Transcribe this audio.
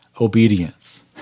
obedience